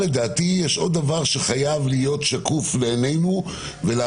יש עוד דבר שחייב להיות שקוף לעינינו וצריך